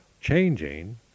changing